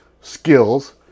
skills